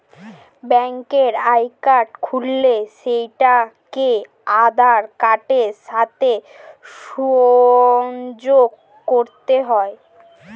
ব্যাঙ্কের অ্যাকাউন্ট খুললে সেটাকে আধার কার্ডের সাথে সংযোগ করতে হয়